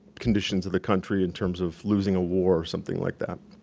conditions of the country in terms of losing a war, or something like that.